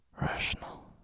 Rational